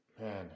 Man